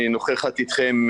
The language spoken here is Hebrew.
נוכחת אתכם,